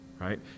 right